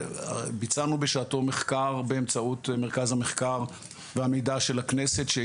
ביצענו בזמנו מחקר באמצעות מרכז המחקר והמידע של כנסת ישראל,